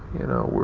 you know,